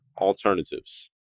alternatives